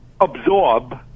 absorb